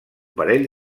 parell